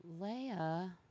Leia